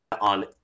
on